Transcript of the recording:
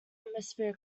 atmospheric